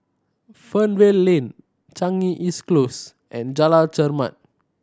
Fernvale Lane Changi East Close and Jalan Chermat